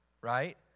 right